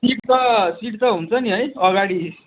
seat त seat त हुन्छ नि है अगाडि